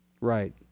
Right